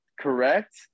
correct